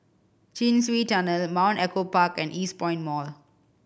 Chin Swee Tunnel the Mount Echo Park and Eastpoint Mall